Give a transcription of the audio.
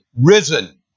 risen